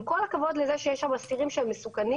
עם כל הכבוד לזה שיש שם אסירים שהם מסוכנים,